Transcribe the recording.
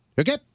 okay